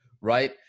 right